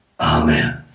amen